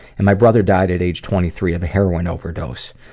and my brother died at age twenty three of a heroin overdose.